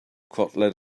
cutlet